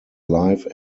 life